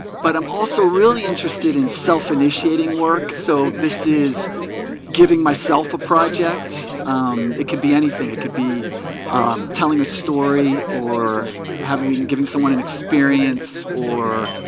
but i'm also really interested in self-initiating work so this is giving myself a project it could be anything it could be telling a story or having giving someone an experience or